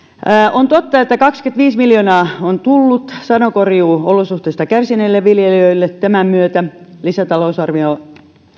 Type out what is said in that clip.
on totta että kaksikymmentäviisi miljoonaa on tullut sadonkorjuuolosuhteista kärsineille viljelijöille tämän lisätalousarvion